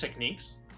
techniques